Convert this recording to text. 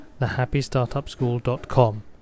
thehappystartupschool.com